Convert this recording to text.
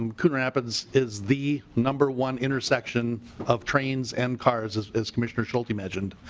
um can rapids is the number one intersection of trains and cars as as commissioner sheltie mention.